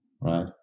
right